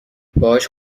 باهاش